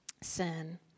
sin